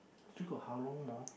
still got how long more